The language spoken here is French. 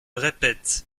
répète